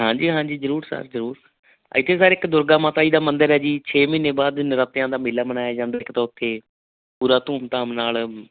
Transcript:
ਹਾਂਜੀ ਹਾਂਜੀ ਜ਼ਰੂਰ ਸਰ ਜ਼ਰੂਰ ਇਥੇ ਸਰ ਇੱਕ ਦੁਰਗਾ ਮਾਤਾ ਜੀ ਦਾ ਮੰਦਰ ਹੈ ਜੀ ਛੇ ਮਹੀਨੇ ਬਾਅਦ ਨਰਾਤਿਆਂ ਦਾ ਮੇਲਾ ਮਨਾਇਆ ਜਾਂਦਾ ਇੱਕ ਤਾਂ ਉੱਥੇ ਪੂਰਾ ਧੂਮ ਧਾਮ ਨਾਲ